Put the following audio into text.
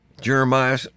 Jeremiah